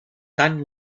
tant